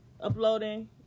Uploading